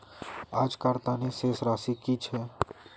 आजकार तने शेष राशि कि छे?